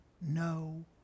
no